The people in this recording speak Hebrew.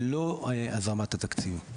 ולא הזרמת התקציב.